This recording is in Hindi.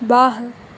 बाह